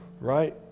right